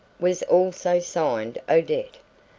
was also signed odette,